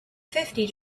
fifty